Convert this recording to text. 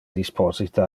disposite